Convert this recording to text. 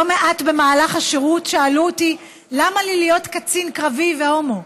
לא מעט במהלך השירות שאלו אותי למה לי להיות קצין קרבי והומו,